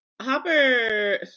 Hopper